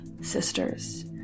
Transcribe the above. sisters